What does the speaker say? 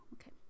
Okay